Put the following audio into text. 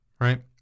right